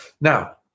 Now